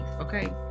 okay